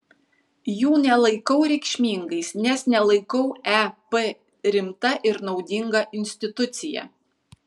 jų nelaikau reikšmingais nes nelaikau ep rimta ir naudinga institucija